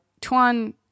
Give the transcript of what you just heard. Tuan